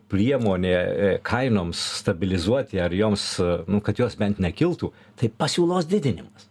priemonė kainoms stabilizuoti ar joms nu kad jos bent nekiltų tai pasiūlos didinimas